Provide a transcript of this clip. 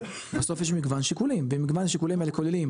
בסוף יש מגוון שיקולים ומגוון השיקולים האלה כוללים,